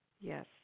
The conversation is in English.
Yes